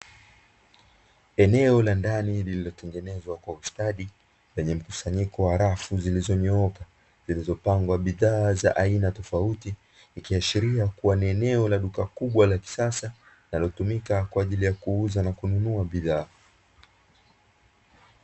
Eneo la ndani lililotengenezwa kwa ustadi lenye mkusanyiko wa rafu zilizonyooka zilizopangwa bidhaa za aina tofauti, ikiashiria kuwa ni eneo la duka kubwa la kisasa linalotumika kwa ajili ya kuuza na kununua bidhaa.